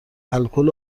الکل